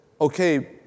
okay